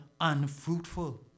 unfruitful